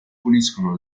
puliscono